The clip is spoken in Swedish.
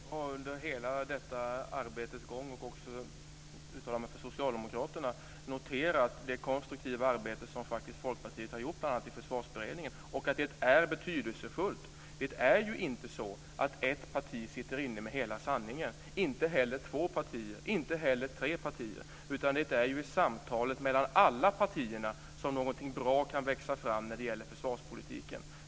Fru talman! Under hela detta arbetes gång har vi också av socialdemokraterna noterat det konstruktiva arbete som Folkpartiet faktiskt gjort i bl.a. Försvarsberedningen. Det är betydelsefullt. Det är inte så att ett parti sitter inne med hela sanningen, inte heller två eller tre partier, utan det är i samtalet mellan alla partierna som någonting bra kan växa fram när det gäller försvarspolitiken.